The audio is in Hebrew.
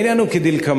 העניין הוא כדלקמן: